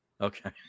Okay